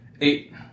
Eight